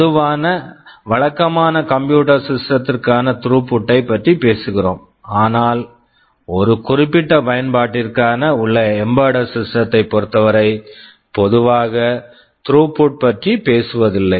பொதுவாக வழக்கமான computer systems computer systems க்கான த்ரூப்புட் Throughputபற்றி பேசுகிறோம் ஆனால் ஒரு குறிப்பிட்ட பயன்பாட்டிற்காக உள்ள எம்பெட்டட் சிஸ்டத்தை embedded system பொறுத்தவரை பொதுவாக த்ரூப்புட் Throughput பற்றி பேசுவதில்லை